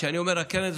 כשאני אומר "הקרן",